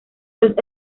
los